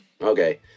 Okay